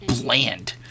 bland